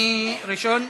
מי ראשון?